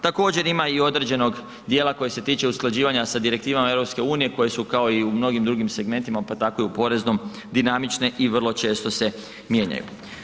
Također ima i određenog dijela koji se tiče usklađivanja sa direktivama EU koje su kao i u mnogim drugim segmentima pa tako i u poreznom dinamične i vrlo često se mijenjaju.